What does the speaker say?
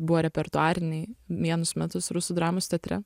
buvo repertuariniai vienus metus rusų dramos teatre